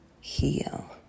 heal